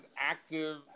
active